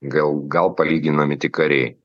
gal gal palyginami tik kariai